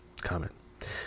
Comment